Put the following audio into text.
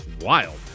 wild